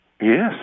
Yes